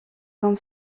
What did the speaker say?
comme